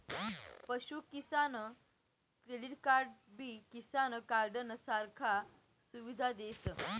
पशु किसान क्रेडिट कार्डबी किसान कार्डनं सारखा सुविधा देस